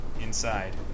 inside